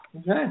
Okay